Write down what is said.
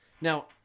Now